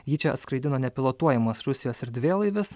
jį čia atskraidino nepilotuojamas rusijos erdvėlaivis